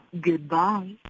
Goodbye